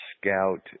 scout